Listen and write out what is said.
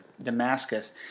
Damascus